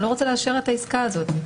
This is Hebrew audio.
אני לא רוצה לאשר את העסקה הזאת.